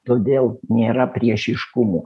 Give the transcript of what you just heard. todėl nėra priešiškumų